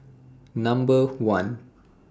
Number one